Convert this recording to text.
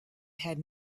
had